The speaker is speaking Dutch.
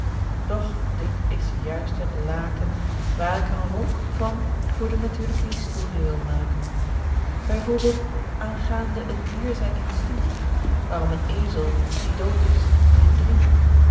doch dit is juist het laken waar ik een rok van voor de natuurlijke historie wil maken by voorbeeld aangaande een dier zijn instinct waarom een ezel die dood is niet drinkt